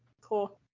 cool